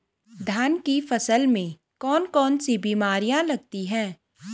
धान की फसल में कौन कौन सी बीमारियां लगती हैं?